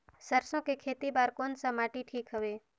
सरसो के खेती बार कोन सा माटी ठीक हवे?